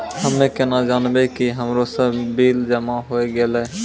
हम्मे केना जानबै कि हमरो सब बिल जमा होय गैलै?